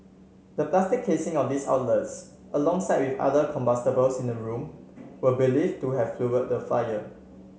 the plastic casing of these outlets alongside with other combustibles in the room were believe to have fuelled the fire